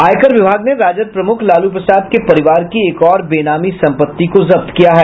आयकर विभाग ने राजद प्रमुख लालू प्रसाद के परिवार की एक और बेनामी संपत्ति को जब्त किया है